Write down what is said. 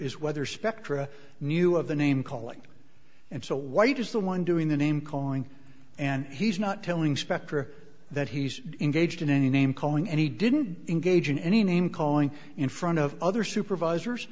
is whether spectra knew of the name calling and so white is the one doing the name calling and he's not telling specter that he's engaged in any name calling and he didn't engage in any name calling in front of other supervisors